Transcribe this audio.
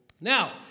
Now